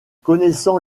connaissant